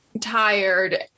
tired